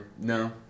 No